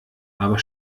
aber